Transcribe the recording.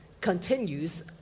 continues